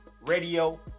Radio